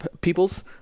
peoples